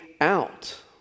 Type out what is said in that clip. out